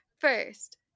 First